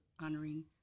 honoring